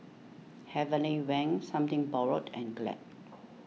Heavenly Wang Something Borrowed and Glad